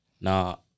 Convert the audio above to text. Now